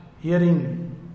hearing